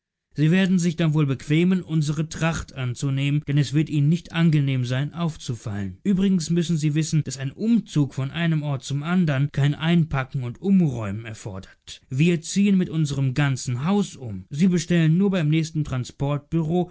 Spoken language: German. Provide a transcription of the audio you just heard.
sie werden sich dann wohl bequemen unsere tracht anzunehmen denn es wird ihnen nicht angenehm sein aufzufallen übrigens müssen sie wissen daß ein umzug von einem ort zum andern kein einpacken und umräumen erfordert wir ziehen mit unserm ganzen haus sie bestellen nur beim nächsten